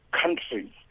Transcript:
country